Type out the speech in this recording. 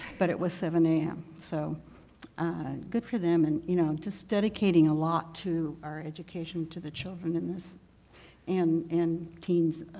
but it was seven a m. so good for them and you know just dedicating a lot to our education, to the children, and and and teams